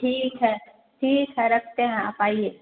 ठीक है ठीक है रखते हैं आप आइए